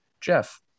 Jeff